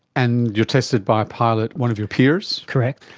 and you're tested by a pilot, one of your peers? correct.